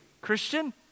Christian